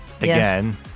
Again